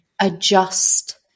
adjust